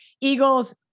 Eagles